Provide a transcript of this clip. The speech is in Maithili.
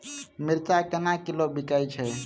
मिर्चा केना किलो बिकइ छैय?